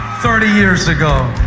thirty years ago.